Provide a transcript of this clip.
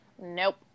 Nope